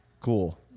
Cool